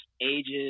ages